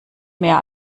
mehr